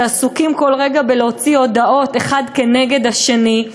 שעסוקים כל רגע בלהוציא הודעות אחד כנגד השני.